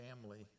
family